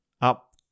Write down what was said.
up